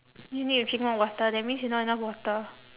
you need to drink more water that means you not enough water